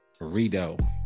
Rido